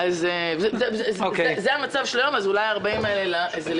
אם זה המצב של היום, אולי ה-40 זה ליומיים.